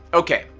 okay,